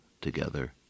together